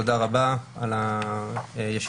תודה רבה על הישיבה,